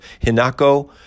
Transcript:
Hinako